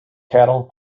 cattle